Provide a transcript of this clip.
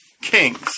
kings